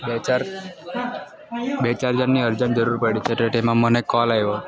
બે ચાર બે ચાર જણની અરજન્ટ જરૂર પડી છે તો તેમાં મને કોલ આવ્યો